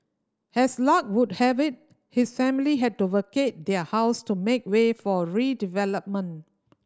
as luck would have it his family had to vacate their house to make way for redevelopment